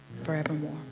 forevermore